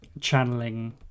channeling